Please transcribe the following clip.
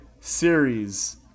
series